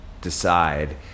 decide